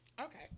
Okay